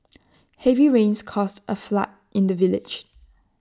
instead miss low said they gladly take on each request as A culinary challenge to better their knowledge